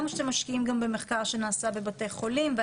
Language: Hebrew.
ועכשיו אנחנו רוצים כבר לבצע את המחקר בבני אדם.